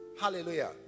hallelujah